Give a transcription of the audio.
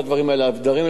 הדברים האלה נבדקים,